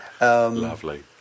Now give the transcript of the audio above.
Lovely